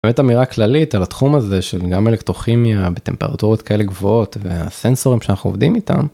באמת אמירה כללית על התחום הזה של גם אלקטרוכימיה בטמפרטורות כאלה גבוהות והסנסורים שאנחנו עובדים איתם,